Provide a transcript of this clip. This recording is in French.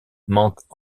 manquent